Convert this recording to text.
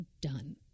done